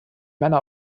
männer